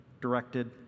directed